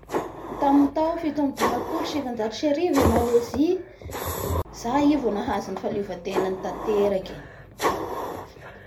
Tamin'ny tao fito ambin'ny dimapolo sy sivanajato sy arivo i Mlesie izay i vo nahazo ny fahaleovantenany tateraky